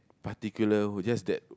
particular just that